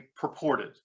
purported